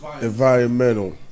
Environmental